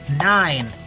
nine